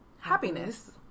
happiness